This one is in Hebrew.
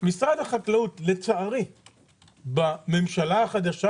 משרד החקלאות בממשלה החדשה,